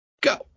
go